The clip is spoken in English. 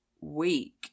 week